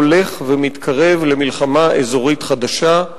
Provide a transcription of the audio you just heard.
הולך ומתקרב למלחמה אזורית חדשה,